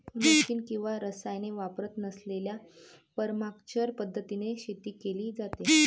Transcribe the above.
machine किंवा रसायने वापरत नसलेल्या परमाकल्चर पद्धतीने शेती केली जाते